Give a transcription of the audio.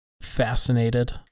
fascinated